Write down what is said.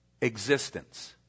Existence